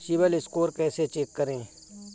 CIBIL score कैसे check करें?